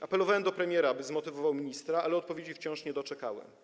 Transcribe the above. Apelowałem do premiera, aby zmotywował ministra, ale odpowiedzi wciąż się nie doczekałem.